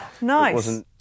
Nice